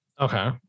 Okay